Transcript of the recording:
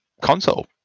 console